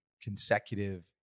consecutive